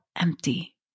empty